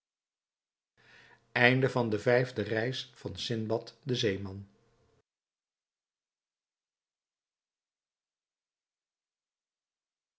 eerste reis van sindbad den zeeman